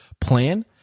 plan